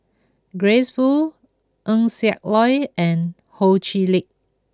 Grace Fu Eng Siak Loy and Ho Chee Lick